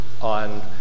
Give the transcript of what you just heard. on